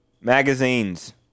Magazines